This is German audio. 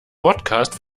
bordcast